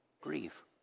grieve